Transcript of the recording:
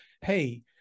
hey